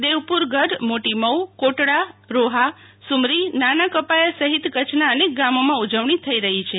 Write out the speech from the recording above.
દેવપુર ગઢ મોટી મઉં કોટડા રોફા રોફા સુમરી નાના કપાયા સફીત કચ્છના અનેક ગામોમાં ઉજવણી થઇ રહી છે